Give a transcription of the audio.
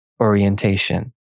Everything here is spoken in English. orientation